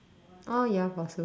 oh ya possible